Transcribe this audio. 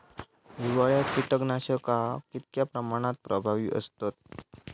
हिवाळ्यात कीटकनाशका कीतक्या प्रमाणात प्रभावी असतत?